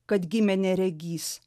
kad gimė neregys